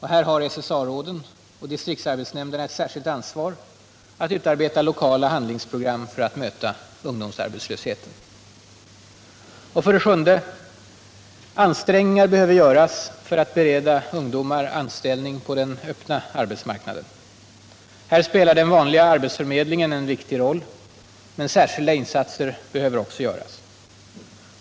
Här har SSA-råden och distriktsarbetsnämnderna ett särskilt ansvar att utarbeta lokala handlingsprogram för att möta ungdomsarbetslösheten. 7. Ansträngningar behöver göras för att bereda ungdomar anställning på den öppna arbetsmarknaden. Här spelar den vanliga arbetsförmedlingen en viktig roll, men särskilda insatser behöver också göras.